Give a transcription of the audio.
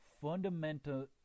fundamental